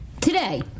Today